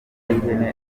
y’ihene